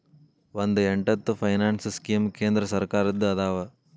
ಒಂದ್ ಎಂಟತ್ತು finance scheme ಕೇಂದ್ರ ಸರ್ಕಾರದ್ದ ಅದಾವ